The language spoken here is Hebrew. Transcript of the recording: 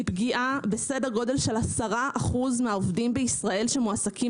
היא פגיעה בסדר גודל של 10 אחוזים מהעובדים בישראל שמועסקים